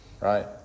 right